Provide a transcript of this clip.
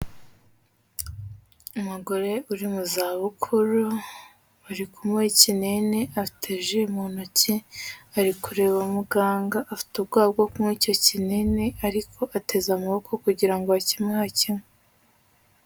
Umugore uri mu za bukuru, uri kunywa ikinini afite ji mu ntoki, ari kureba muganga afite ubwoba bwo kunywa icyo kinini, ariko ateze amaboko kugira ngo akimuhe akinywe.